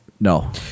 no